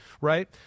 right